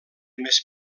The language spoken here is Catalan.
més